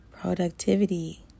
Productivity